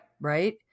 Right